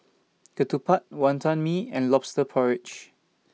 Ketupat Wonton Mee and Lobster Porridge